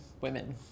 women